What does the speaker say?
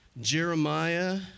Jeremiah